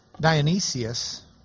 Dionysius